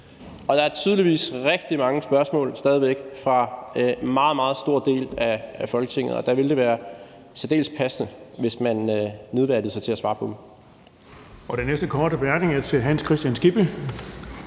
og der er tydeligvis stadig væk rigtig mange spørgsmål fra en meget, meget stor del af Folketinget, og der ville det være særdeles passende, hvis man nedværdigede sig til at svare på dem. Kl. 14:12 Den fg. formand (Erling